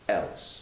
else